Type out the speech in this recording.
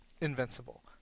invincible